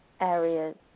areas